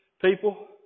people